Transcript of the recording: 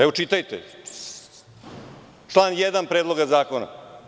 Evo, čitajte član 1. Predloga zakona.